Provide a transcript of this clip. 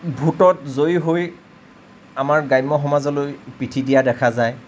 ভোটত জয়ী হৈ আমাৰ গ্ৰাম্য সমাজলৈ পিঠি দিয়া দেখা যায়